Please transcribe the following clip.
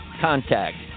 contact